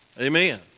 amen